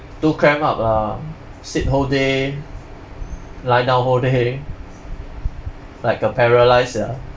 too cramped up lah sit whole day lie down whole day like a paralyse sia